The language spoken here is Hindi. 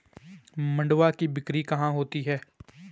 मंडुआ की बिक्री कहाँ होती है?